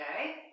Okay